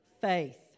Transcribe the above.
Faith